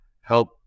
help